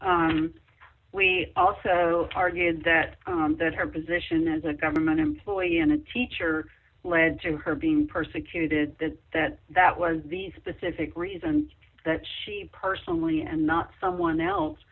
we also argued that that her position as a government employee and a teacher led to her being persecuted the that that was the specific reason that she personally and not someone else